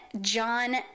John